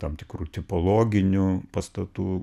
tam tikrų tipologinių pastatų